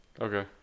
Okay